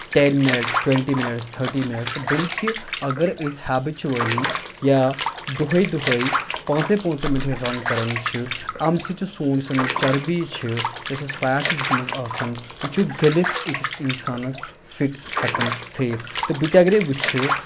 tan minutes twenty minutes تھٔٹی minutes بٔلۍ کہِ اَگر أسۍ ہیبچُؤلی یا دُہٲے دُہٲے پانٛژٕے پانٛژٕے مِنٹن رَن کران چھِ اَمہِ سۭتۍ چھِ سون یُس زَن چَربی چھِ یُس اَسہِ فیٹ چھُ جسمس منٛز آسان یہِ چھُ گٕلِتھ أکِس اِنسانَس فِٹ ہٮ۪کان تھٲیِتھ تہٕ بہٕ تہِ اَگرے وٕچھِ